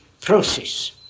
process